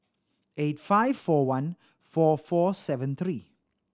eight five four one four four seven three